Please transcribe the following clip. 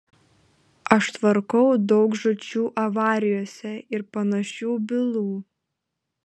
aš tvarkau daug žūčių avarijose ir panašių bylų